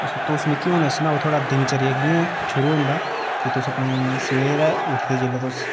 तुस मिगी एह् सुनाओ तुं'दा दिन चर्या कि'यां शूरू होंदा कि तुस अपने सवेरे उठदे जिसलै तुस कि'यां